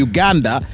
Uganda